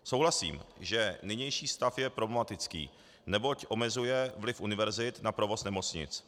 Souhlasím, že nynější stav je problematický, neboť omezuje vliv univerzit na provoz nemocnic.